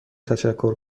تشکر